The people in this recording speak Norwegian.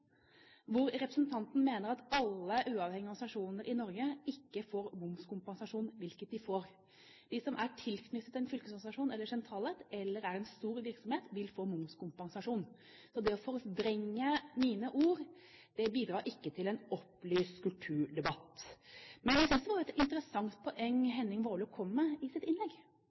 hvor representanten Warloe mente at alle uavhengige organisasjoner i Norge ikke får momskompensasjon, hvilket de får. De som er tilknyttet en fylkesorganisasjon eller er sentrale eller er en stor virksomhet, vil få momskompensasjon. Å forvrenge mine ord bidrar ikke til en opplyst kulturdebatt. Jeg syntes det var et interessant poeng Henning Warloe kom med i sitt innlegg.